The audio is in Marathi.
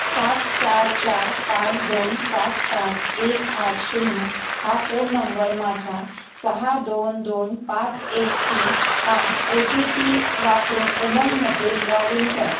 सात चार चार पाच दोन सात पाच एक आठ शून्य हा फोन नंबर माझ्या सहा दोन दोन पाच एक तीन हा ओ टी पी वापरून उमंगमध्ये लॉग इन करा